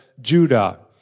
Judah